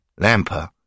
Lamper